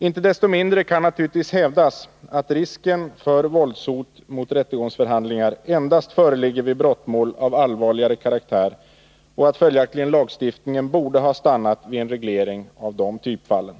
Inte desto mindre kan naturligtvis hävdas att risken för våldshot mot rättegångs " förhandlingar endast föreligger vid brottmål av allvarligare karaktär och att följaktligen lagstiftningen borde ha stannat vid en reglering av de typfallen.